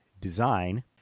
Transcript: design